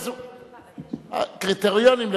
קריטריונים,